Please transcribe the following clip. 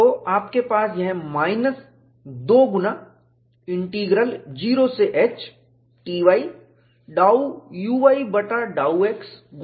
तो आपके पास यह माइनस दो गुना इंटीग्रल 0 से h Ty ∂uy बटा ∂x गुणा ds है